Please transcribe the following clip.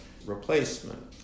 replacement